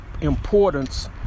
importance